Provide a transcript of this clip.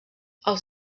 els